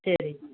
சரிங்க